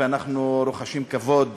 ואנחנו רוחשים כבוד